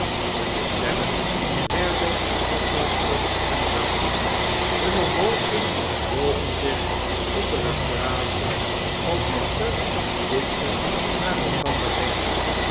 hunne stemmen werden al zachter en zachter hunne hoofden bogen zich onder het praten al dichter en dichter naar elkander heen